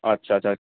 اچھا اچھا